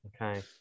okay